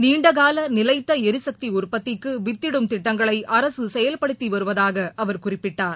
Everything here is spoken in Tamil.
நீண்டகால நிலைத்த எரிசக்தி உற்பத்திக்கு வித்திடும் திட்டங்களை அரசு செயல்படுத்தி வருவதாக அவர் குறிப்பிட்டார்